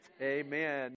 Amen